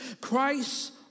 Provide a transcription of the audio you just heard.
Christ